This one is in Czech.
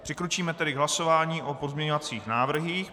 Přikročíme tedy k hlasování o pozměňovacích návrzích.